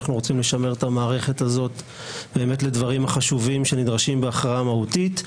אנחנו רוצים לשמר את המערכת הזאת לדברים החשובים שנדרשים בהכרעה מהותית,